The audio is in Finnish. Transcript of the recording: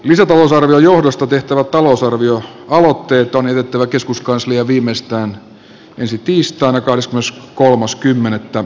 lisätalousarvion johdosta tehtävät talousarvioaloitteet on jätettävä keskuskansliaan viimeistään tiistaina kans myös kolmas kymmenettä